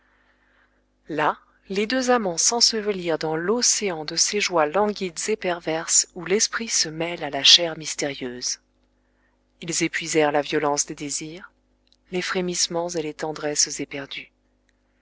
là les deux amants s'ensevelirent dans l'océan de ces joies languides et perverses où l'esprit se mêle à la chair mystérieuse ils épuisèrent la violence des désirs les frémissements et les tendresses éperdues